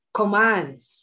commands